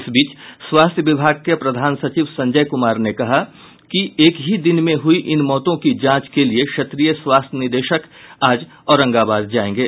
इस बीच स्वास्थ्य विभाग के प्रधान सचिव संजय कुमार ने कहा कि एक ही दिन में हुयी इन मौतों की जांच के लिये क्षेत्रीय स्वास्थ्य निदेशक आज औरंगाबाद जायेंगे